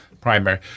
primary